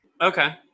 okay